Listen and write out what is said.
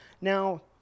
now